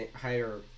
higher